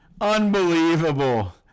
unbelievable